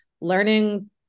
learning